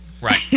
right